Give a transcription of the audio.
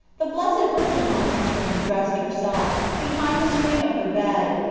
the blessed virgin on entering dressed herself, behind the screen of her bed,